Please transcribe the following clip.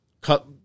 cut